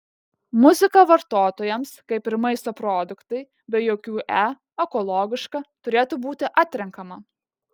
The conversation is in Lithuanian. muzika vartotojams kaip ir maisto produktai be jokių e ekologiška turėtų būti atrenkama